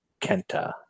Kenta